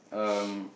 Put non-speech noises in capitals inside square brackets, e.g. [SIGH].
[NOISE]